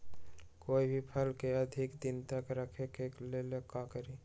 कोई भी फल के अधिक दिन तक रखे के लेल का करी?